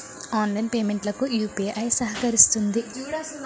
online payment లకు UPI సహకరిస్తుంది